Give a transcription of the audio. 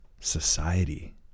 society